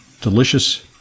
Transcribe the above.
Delicious